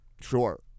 Sure